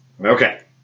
okay